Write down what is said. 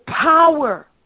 power